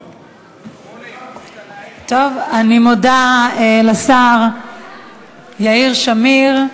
טוב, אני מודה לשר יאיר שמיר.